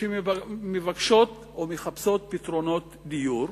שמבקשות או מחפשות פתרונות דיור,